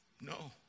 No